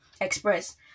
express